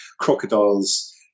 crocodiles